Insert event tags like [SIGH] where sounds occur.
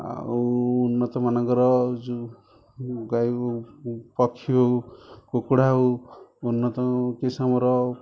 ଆଉ ଉନ୍ନତ ମାନଙ୍କର [UNINTELLIGIBLE] ଗାଈ ହେଉ ପକ୍ଷୀ ହୋଉ କୁକୁଡ଼ା ହେଉ ଉନ୍ନତ କିସମର